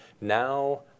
Now